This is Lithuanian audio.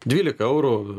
dvylika eurų